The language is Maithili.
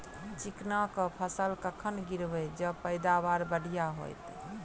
चिकना कऽ फसल कखन गिरैब जँ पैदावार बढ़िया होइत?